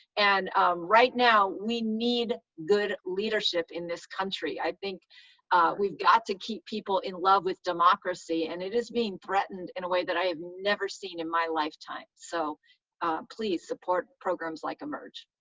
and right now, we need good leadership in this country. i think we've got to keep people in love with democracy, and it is being threatened in a way that i have never seen in my lifetime. so please support programs like emerge.